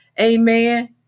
Amen